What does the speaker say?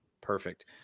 perfect